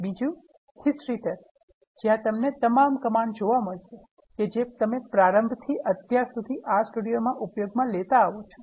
બીજી History tab જ્યા તમને તમામ કમાન્ડ જોવામળશે જે તમે પ્રારંભથી અત્યાર સુધી R સ્ટુડિયો મા ઉપયોગમાં લેતા આવો છો